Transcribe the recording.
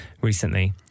recently